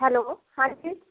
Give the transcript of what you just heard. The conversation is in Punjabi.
ਹੈਲੋ ਹਾਂਜੀ